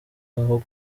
aho